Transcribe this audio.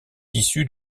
issus